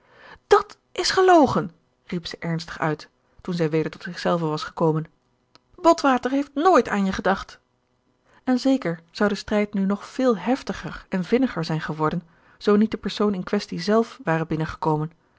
dat is gelogen riep zij ernstig uit toen zij weder tot zich zelve was gekomen botwater heeft nooit aan je gedacht en zeker zou de strijd nu nog veel heftiger en vinniger zijn geworden zoo niet de persoon in quaestie zelf ware binnengekomen